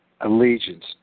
allegiance